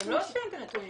אתם לא אוספים את הנתונים.